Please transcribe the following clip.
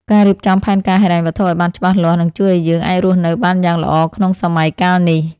ការរៀបចំផែនការហិរញ្ញវត្ថុឱ្យបានច្បាស់លាស់នឹងជួយឱ្យយើងអាចរស់នៅបានយ៉ាងល្អក្នុងសម័យកាលនេះ។